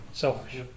Selfish